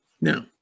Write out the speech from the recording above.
No